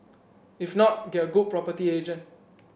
if not get a good property agent